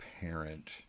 parent